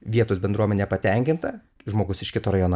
vietos bendruomenė patenkinta žmogus iš kito rajono